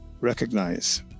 recognize